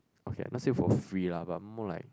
okay let's say for free lah but more like